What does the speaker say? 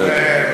בסדר.